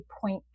point